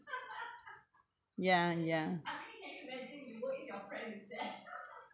ya ya